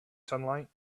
sunlight